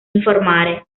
informare